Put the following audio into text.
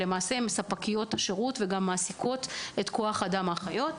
שלמעשה הן ספקיות שירות ומעסיקות את כוח האדם של האחיות.